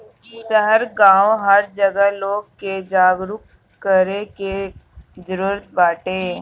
शहर गांव हर जगह लोग के जागरूक करे के जरुरत बाटे